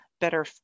better